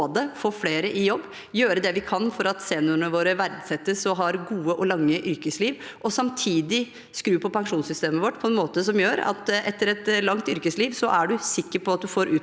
få flere i jobb, gjøre det vi kan for at seniorene våre verdsettes og har gode og lange yrkesliv, og samtidig skru på pensjonssystemet vårt på en måte som gjør at man – etter et langt yrkesliv – er sikker på at man får